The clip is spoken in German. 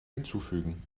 hinzufügen